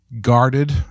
guarded